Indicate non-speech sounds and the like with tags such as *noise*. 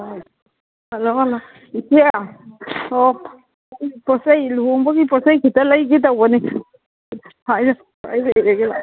hello hello ꯏꯆꯦ ꯑꯣ ꯄꯣꯠ ꯆꯩ ꯂꯨꯍꯣꯡꯕꯒꯤ ꯄꯣꯠ ꯆꯩ ꯈꯤꯇ ꯂꯩꯒꯦ ꯇꯧꯕꯅꯤ *unintelligible*